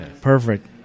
Perfect